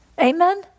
amen